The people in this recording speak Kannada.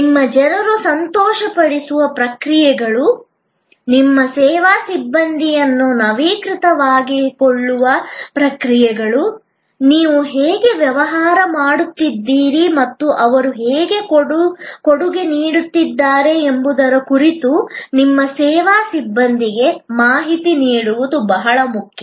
ನಿಮ್ಮ ಜನರನ್ನು ಸಂತೋಷಪಡಿಸುವ ಪ್ರಕ್ರಿಯೆಗಳು ನಿಮ್ಮ ಸೇವಾ ಸಿಬ್ಬಂದಿಯನ್ನು ನವೀಕೃತವಾಗಿರಿಸಿಕೊಳ್ಳುವ ಪ್ರಕ್ರಿಯೆಗಳು ನೀವು ಹೇಗೆ ವ್ಯವಹಾರ ಮಾಡುತ್ತಿದ್ದೀರಿ ಮತ್ತು ಅವರು ಹೇಗೆ ಕೊಡುಗೆ ನೀಡುತ್ತಿದ್ದಾರೆ ಎಂಬುದರ ಕುರಿತು ನಿಮ್ಮ ಸೇವಾ ಸಿಬ್ಬಂದಿಗೆ ಮಾಹಿತಿ ನೀಡುವುದು ಬಹಳ ಮುಖ್ಯ